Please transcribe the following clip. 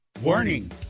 warning